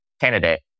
candidate